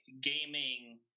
gaming